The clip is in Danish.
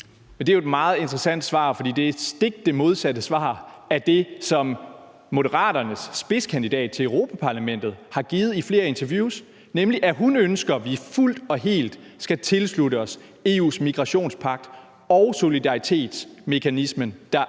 Det er jo et meget interessant svar, for det er det stik modsatte svar af det, som Moderaternes spidskandidat ved europaparlamentsvalget har givet i flere interviews, nemlig at hun ønsker, at vi fuldt og helt skal tilslutte os EU's migrationspagt og solidaritetsmekanismen, der